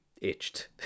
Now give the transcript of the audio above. itched